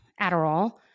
Adderall